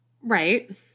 Right